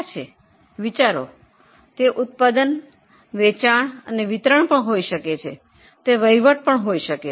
જરા વિચારો તે ઉત્પાદન વેચાણ અને વિતરણ હોઈ શકે છે તે વહીવટ પણ હોઈ શકે છે